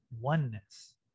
oneness